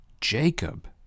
Jacob